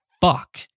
fuck